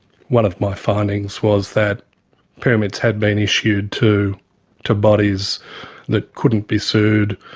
one of my findings was that permits had been issued to to bodies that couldn't be sued,